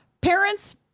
Parents